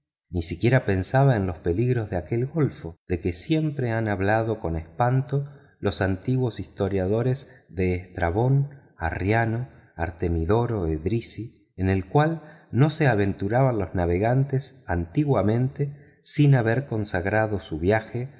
ni siquiera pensaba en los peligros de aquel golfo de que siempre han hablado con espanto los antiguos historiadores estrabón arriano artemidoro edris en el cual no se aventuraban los navegantes antiguamente sin haber consagrado su viaje